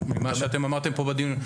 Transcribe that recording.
מדבריכם פה בדיון,